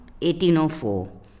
1804